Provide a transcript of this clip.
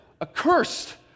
accursed